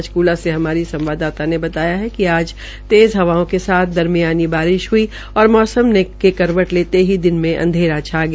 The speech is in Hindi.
पंचकला से हमारी संवाददता ने बताया कि तेज़ हवाओं के साथ दरमियानी बारिश हई और मौसम के करवट लेते ही दिन में अंधेरा छा गया